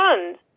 funds